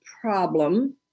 problem